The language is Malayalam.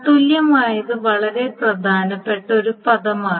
തത്തുല്യമായത് വളരെ പ്രധാനപ്പെട്ട ഒരു പദമാണ്